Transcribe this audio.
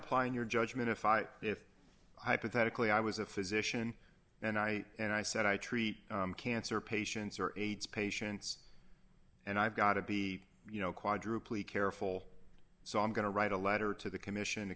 apply in your judgment if i if hypothetically i was a physician and i and i said i treat cancer patients or aids patients and i've got to be you know quadrupling careful so i'm going to write a letter to the commission